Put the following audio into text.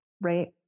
Right